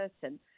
person